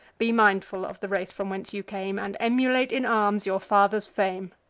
be mindful of the race from whence you came, and emulate in arms your fathers' fame.